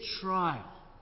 trial